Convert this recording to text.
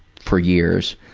for years,